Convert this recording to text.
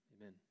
Amen